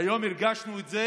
היום הרגשנו את זה